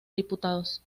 diputados